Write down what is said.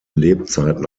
lebzeiten